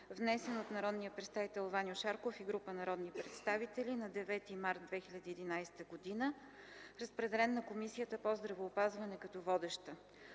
внесен от народния представител Ваньо Шарков и група народни представители на 9 март 2011 г., разпределен на Комисията по здравеопазването като водеща.